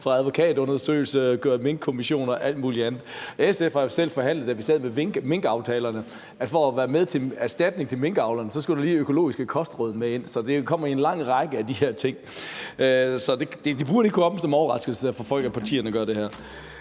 fra advokatundersøgelse, minkkommission og alt muligt andet. SF har jo selv forhandlet med, da vi sad med minkaftalerne, og foreslået – for at være med til at give erstatning til minkavlerne – at der lige skulle nogle økologiske kostråd med ind. Så de her ting kommer i en lang række. Så det burde ikke komme som en overraskelse for folk, at partierne gør det her.